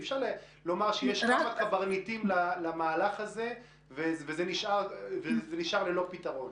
אי אפשר לומר שיש כמה קברניטים למהלך הזה וזה נשאר ללא פתרון.